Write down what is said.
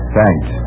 Thanks